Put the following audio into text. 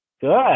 Good